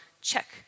check